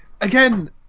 again